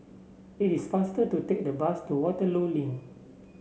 it is faster to take the bus to Waterloo Link